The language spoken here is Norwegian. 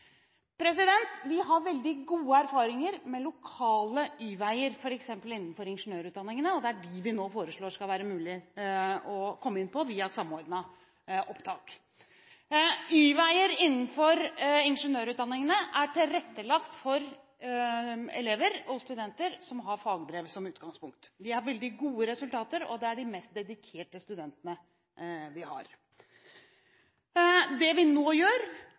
Vi har veldig gode erfaringer med lokale Y-veier, f.eks. innenfor ingeniørutdanningene, og det er dem vi nå foreslår det skal være mulig å komme inn på via Samordna opptak. Y-veier innenfor ingeniørutdanningene er tilrettelagt for elever og studenter som har fagbrev som utgangspunkt. De har veldig gode resultater, og det er de mest dedikerte studentene vi har. Det vi